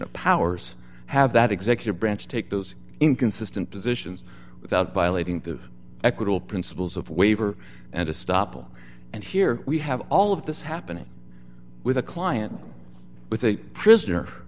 of powers have that executive branch take those inconsistent positions without violating the equitable principles of waiver and a stoppel and here we have all of this happening with a client with a prisoner